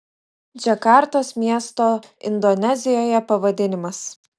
džakartos miesto indonezijoje pavadinimas